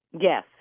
Yes